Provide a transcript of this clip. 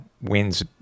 wins